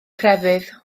crefydd